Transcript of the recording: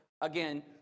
again